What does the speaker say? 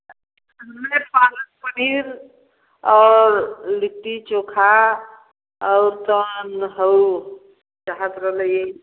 मैं पालक पनीर और लिट्टी चोखा और कवान हऊ चाहत रहले